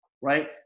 right